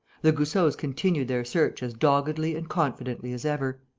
the goussots continued their search as doggedly and confidently as ever,